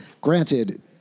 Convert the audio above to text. Granted